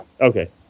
Okay